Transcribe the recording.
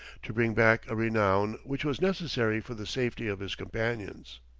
to bring back a renown which was necessary for the safety of his companions.